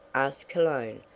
asked cologne,